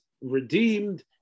redeemed